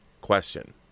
question